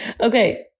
Okay